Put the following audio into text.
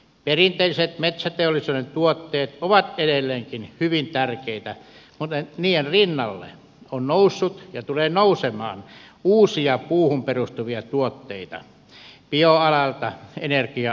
perinteiset metsäteollisuuden tuotteet ovat edelleenkin hyvin tärkeitä mutta niiden rinnalle on noussut ja tulee nousemaan uusia puuhun perustuvia tuotteita bioalalta energia alalta ja niin edelleen